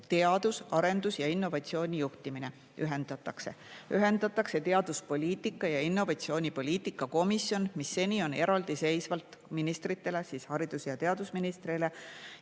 teaduse, arenduse ja innovatsiooni juhtimine ühendatakse. Ühendatakse teaduspoliitika ja innovatsioonipoliitika komisjon, mis seni on ministritele – haridus- ja teadusministrile